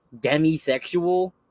Demisexual